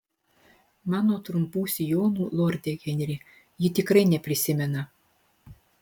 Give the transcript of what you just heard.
mano trumpų sijonų lorde henri ji tikrai neprisimena